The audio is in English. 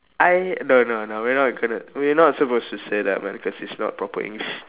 I no no no we're not gonna we're not supposed to say that man because it's not proper English